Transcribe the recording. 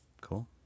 Cool